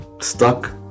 stuck